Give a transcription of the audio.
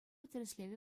тӗрӗслевӗ